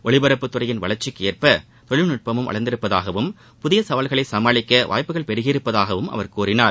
ஒலிபரப்புத்துறையின் வளர்ச்சிக்கு ஏற்ப தொழில்நுட்பமும் வளர்ந்துள்ளதாகவும் புதிய சவால்களை சமாளிக்க வாய்ப்புகள் பெருகியுள்ளதாகவும் அவர் கூறினார்